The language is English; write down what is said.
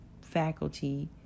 faculty